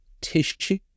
tissue